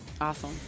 Awesome